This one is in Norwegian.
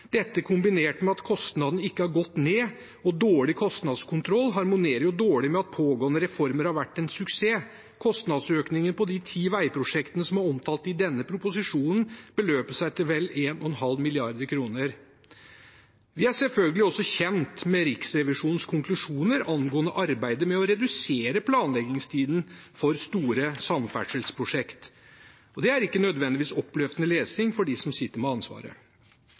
Dette kombinert med at kostnaden ikke har gått ned, og dårlig kostnadskontroll harmonerer dårlig med at pågående reformer har vært en suksess. Kostnadsøkningen på de ti veiprosjektene som er omtalt i denne proposisjonen, beløper seg til vel 1,5 mrd. kr. Vi er selvfølgelig også kjent med Riksrevisjonens konklusjoner angående arbeidet med å redusere planleggingstiden for store samferdselsprosjekt. Det er ikke nødvendigvis oppløftende lesing for dem som sitter med ansvaret.